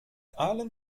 allen